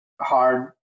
hard